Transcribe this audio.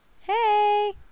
Hey